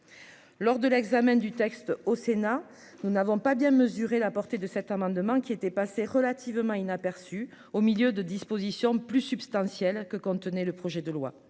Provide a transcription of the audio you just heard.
lors de l'examen du texte au Sénat, nous n'avons pas bien mesuré la portée de cet amendement, qui était passée relativement inaperçue au milieu de dispositions plus que contenait le projet de loi